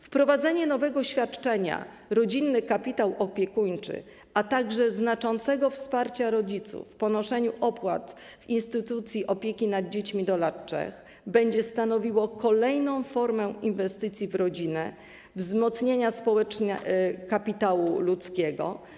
Wprowadzenie nowego świadczenia, rodzinnego kapitału opiekuńczego, a także znaczące wsparcie rodziców w ponoszeniu opłat w instytucji opieki nad dziećmi do lat 3 będzie stanowiło kolejną formę inwestycji w rodzinę, wzmocnienia kapitału ludzkiego.